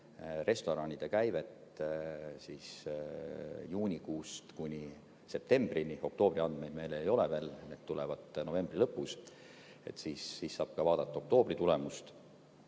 restoranide käivet juunikuust kuni septembrini – oktoobri andmeid meil ei ole veel, need tulevad novembri lõpus, siis saab ka vaadata oktoobri tulemust